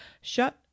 shut